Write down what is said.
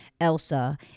Elsa